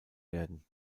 werden